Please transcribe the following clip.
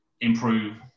improve